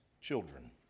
children